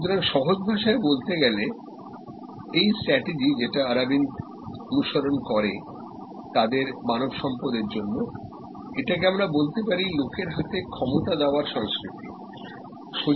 সুতরাং সহজ ভাষায় বলতে গেলে এই স্ট্রাটেজি যেটা অরবিন্দ d অনুসরণ করে তাদের মানব সম্পদের জন্য সেটা কে আমরা বলতে পারি এম্পাওয়ার্মেন্ট এর কালচার